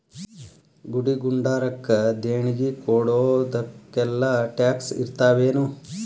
ಗುಡಿ ಗುಂಡಾರಕ್ಕ ದೇಣ್ಗಿ ಕೊಡೊದಕ್ಕೆಲ್ಲಾ ಟ್ಯಾಕ್ಸ್ ಇರ್ತಾವೆನು?